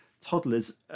toddler's